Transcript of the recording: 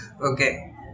Okay